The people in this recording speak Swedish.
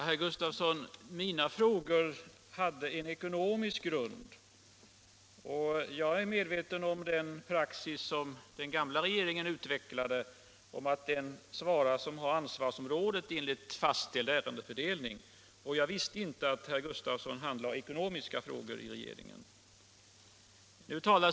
Herr talman! Mina frågor hade en ekonomisk grund, herr Gustavsson. Jag är medveten om den praxis som den gamla regeringen utvecklade, att det statsråd svarar som har ansvarsområdet enligt fastställd ärendefördelning. Men jag visste inte att herr Gustavsson handlade ekonomiska frågor i regeringen.